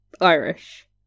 Irish